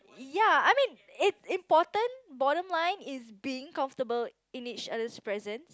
ya I mean it's important bottom line is being comfortable in each other's presence